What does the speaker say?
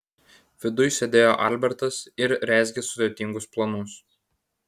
viduj sėdėjo albertas ir rezgė sudėtingus planus